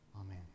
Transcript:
Amen